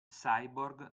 cyborg